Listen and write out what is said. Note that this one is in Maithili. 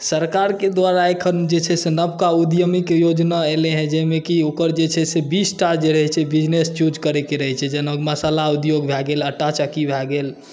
सरकारके द्वारा एखन जे छै से नवका उद्यमीके योजना एलै हेँ जाहिमे की ओकर जे छै से बीसटा जे रहैत छै बिज़नेस चूज करयके रहैत छै जाहिमे कि मसाला उद्योग भए गेल आँटा चक्की भए गेल